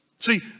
See